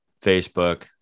Facebook